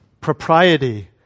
propriety